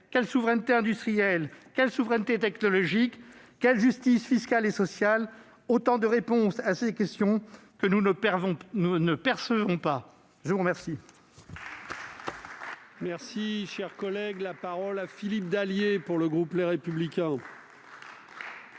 quelle souveraineté industrielle, quelle souveraineté technologique, quelles justices fiscale et sociale ? Autant de réponses à ces questions que nous ne percevons pas ! La parole